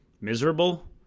miserable